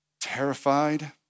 terrified